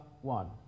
one